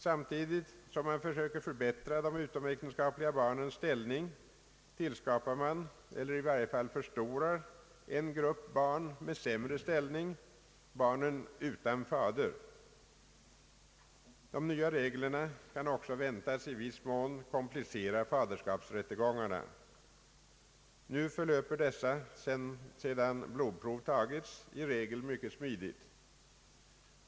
Samtidigt som man försöker förbättra de utomäktenskapliga barnens ställning tillskapar man, eller i varje fall förstorar, en grupp barn med sämre ställning, barnen utan fader. De nya reglerna kan också väntas i viss mån komplicera faderskapsrättegångarna. Nu förlöper dessa, sedan blodprov tagits, i regel mycket smidigt.